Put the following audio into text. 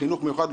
חינוך מיוחד,